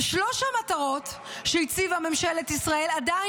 ושלוש המטרות שהציבה ממשלת ישראל עדיין